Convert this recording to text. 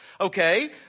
Okay